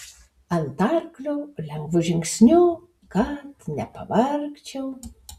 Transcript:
ant arklio lengvu žingsniu kad nepavargčiau